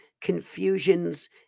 confusions